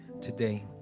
today